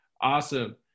Awesome